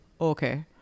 okay